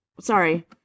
Sorry